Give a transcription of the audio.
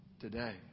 today